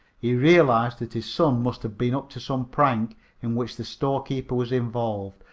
he realized that his son must have been up to some prank in which the storekeeper was involved,